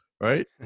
Right